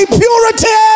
purity